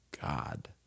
God